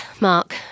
Mark